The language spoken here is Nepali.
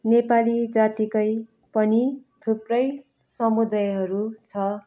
नेपाली जातिकै पनि थुप्रै समुदायहरू छ